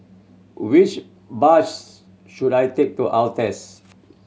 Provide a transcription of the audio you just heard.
which bus should I take to Altez